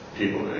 people